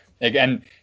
Again